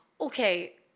Okay